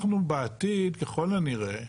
אנחנו בעתיד, ככל הנראה,